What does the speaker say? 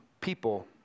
people